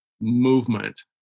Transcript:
movement